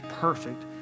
perfect